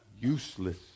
useless